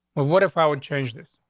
but what if i would change this?